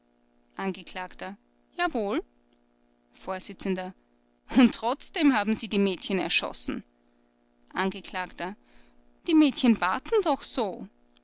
angekl jawohl vors und trotzdem haben sie die mädchen erschossen angekl die mädchen baten doch so